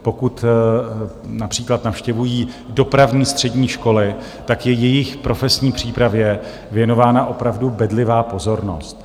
Pokud například navštěvují dopravní střední školy, tak je jejich profesní přípravě věnována opravdu bedlivá pozornost.